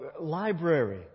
library